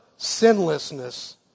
sinlessness